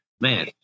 Man